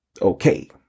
Okay